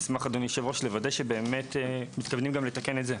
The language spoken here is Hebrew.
אשמח לוודא שבאמת מתכוונים גם לתקן את זה.